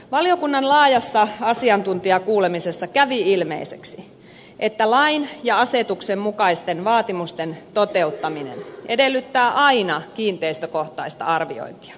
valiokunnan laajassa asiantuntijakuulemisessa kävi ilmeiseksi että lain ja asetuksen mukaisten vaatimusten toteuttaminen edellyttää aina kiinteistökohtaista arviointia